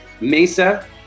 Mesa